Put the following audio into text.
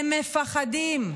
הם מפחדים.